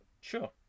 Sure